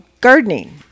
gardening